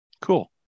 Cool